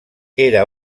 era